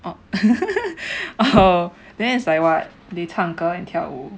oh oh then is like what they 唱歌 and 跳舞